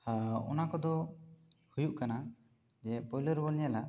ᱚᱱᱟ ᱠᱚᱫᱚ ᱦᱩᱭᱩᱜ ᱠᱟᱱᱟ ᱡᱮ ᱯᱩᱭᱞᱩ ᱨᱮᱵᱚᱱ ᱧᱮᱞᱟ